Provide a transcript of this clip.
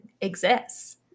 exists